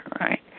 right